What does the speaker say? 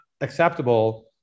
acceptable